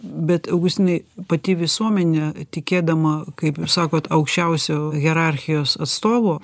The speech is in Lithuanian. bet augustinai pati visuomenė tikėdama kaip ir sakot aukščiausiu hierarchijos atstovu